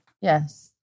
Yes